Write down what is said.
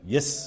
Yes